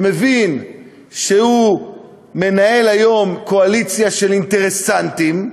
שמבין שהוא מנהל היום קואליציה של אינטרסנטים,